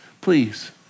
Please